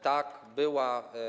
Tak, była.